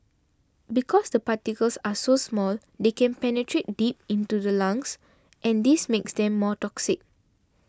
because the particles are so small they can penetrate deep into the lungs and this makes them more toxic